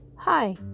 Hi